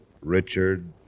Richard